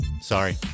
sorry